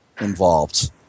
involved